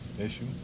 Issue